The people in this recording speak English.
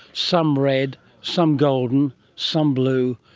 some red, some golden, some blue.